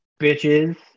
bitches